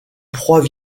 proies